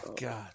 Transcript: God